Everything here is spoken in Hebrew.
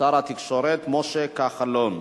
שר התקשורת משה כחלון.